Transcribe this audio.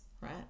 right